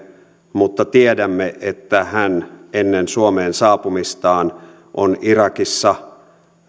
mutta tiedämme että hän ennen suomeen saapumistaan on irakissa